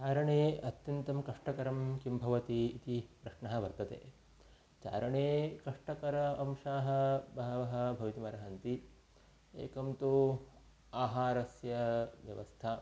चारणे अत्यन्तं कष्टकरं किं भवति इति प्रश्नः वर्तते चारणे कष्टकर अंशाः बहवः भवितुम् अर्हन्ति एकं तु आहारस्य व्यवस्था